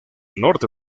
norte